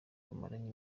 bamaranye